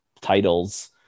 titles